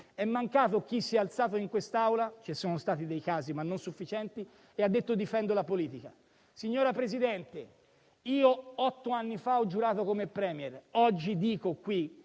è mancato chi si alzasse in questa Aula (ci sono stati dei casi, ma non sufficienti) e dicesse: "difendo la politica". Signora Presidente, io otto anni fa ho giurato come *Premier*. Oggi dico, qui: